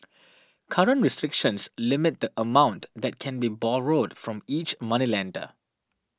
current restrictions limit the amount that can be borrowed from each moneylender